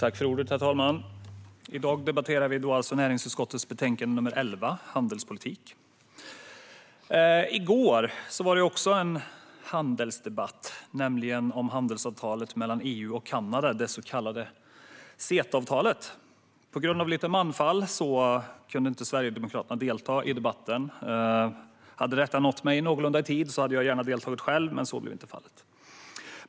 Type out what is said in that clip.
Herr talman! I dag debatterar vi näringsutskottets betänkande nr 11, Handelspolitik . I går var det också en handelsdebatt, nämligen om handelsavtalet mellan EU och Kanada, det så kallade CETA-avtalet. På grund av lite manfall kunde inte Sverigedemokraterna delta i debatten. Hade denna vetskap nått mig i någorlunda god tid hade jag gärna deltagit själv, men så blev inte fallet.